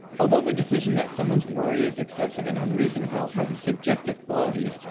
although the decision that someone's worry is excessive and unreasonable has a subjective quality,